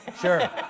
Sure